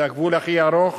זה הגבול הכי ארוך,